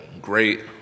great